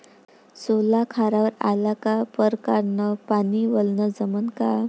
सोला खारावर आला का परकारं न पानी वलनं जमन का?